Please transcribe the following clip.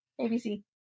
abc